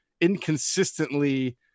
inconsistently